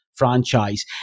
Franchise